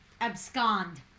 abscond